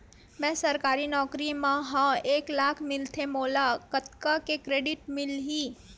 मैं सरकारी नौकरी मा हाव एक लाख मिलथे मोला कतका के क्रेडिट मिलही?